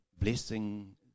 blessing